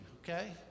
okay